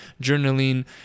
journaling